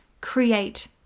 create